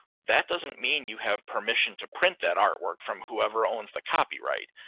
that doesn't mean you have permission to print that artwork from whoever owns the copyright.